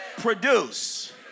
produce